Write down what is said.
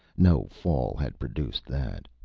no fall had produced that.